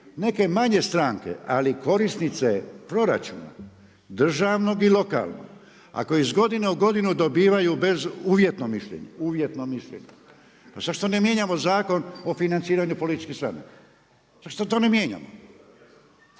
neke manje stranke, ali korisnice proračuna, državnog i lokalnog, ako iz godine u godinu bezuvjetno mišljenje, uvjetno mišljenje, pa zašto ne mijenjamo Zakon o financiranju političkih stranaka. Zašto to ne mijenjamo?